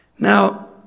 Now